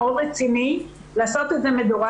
אפשר לעשות את זה מדורג.